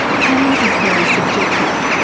pain is very subjective.